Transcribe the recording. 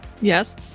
Yes